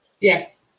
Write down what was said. Yes